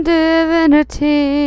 divinity